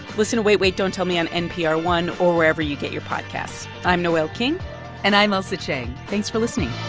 listen to wait wait. don't tell me on npr one or wherever you get your podcasts. i'm noel king and i'm ailsa chang. thanks for listening